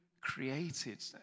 created